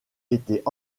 étaient